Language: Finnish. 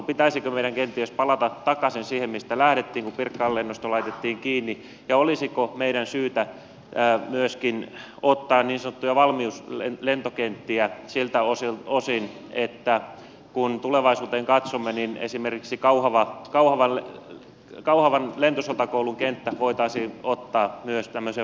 pitäisikö meidän kenties palata takaisin siihen mistä lähdettiin kun pirkkalan lennosto laitettiin kiinni ja olisiko meidän syytä myöskin ottaa niin sanottuja valmiuslentokenttiä käyttöön siltä osin että kun tulevaisuuteen katsomme niin esimerkiksi kauhavan lentosotakoulun kenttä voitaisiin ottaa myös tämmöiseen valmiuskäyttöön